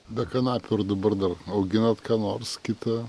be kanapių ar dabar dar auginat ką nors kitą